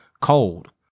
Cold